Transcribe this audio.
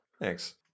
Thanks